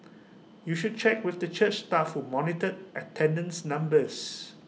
you should check with the church staff who monitored attendance numbers